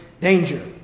danger